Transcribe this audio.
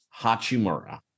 Hachimura